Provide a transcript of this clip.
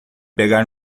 pegar